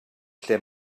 lle